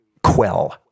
Quell